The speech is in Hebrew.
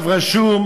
לנו,